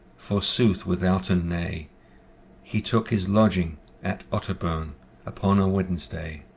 for sooth withouten nay he took his lodging at otterburn upon a wednesday